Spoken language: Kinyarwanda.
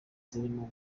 zirimo